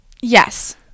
Yes